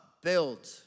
build